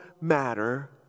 matter